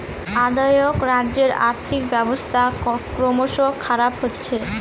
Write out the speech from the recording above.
অ্দেআক রাজ্যের আর্থিক ব্যবস্থা ক্রমস খারাপ হচ্ছে